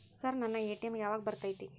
Sir ನನ್ನ ATM ಯಾವಾಗ ಬರತೈತಿ?